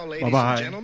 Bye-bye